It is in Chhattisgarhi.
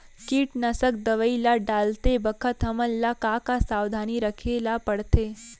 कीटनाशक दवई ल डालते बखत हमन ल का का सावधानी रखें ल पड़थे?